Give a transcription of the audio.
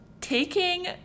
taking